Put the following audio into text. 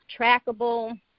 trackable